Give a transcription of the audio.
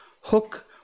Hook